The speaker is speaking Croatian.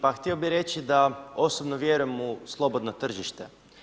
Pa htio bih reći da osobno vjerujem u slobodno tržište.